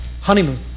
Honeymoon